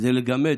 שזה מגמד,